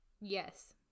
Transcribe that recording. yes